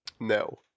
No